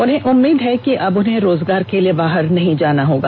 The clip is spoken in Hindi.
उन्हें उम्मीद है कि अब उन्हें रोजगार के लिए बाहर नहीं जाना होगा